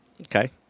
Okay